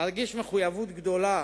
מרגיש מחויבות גדולה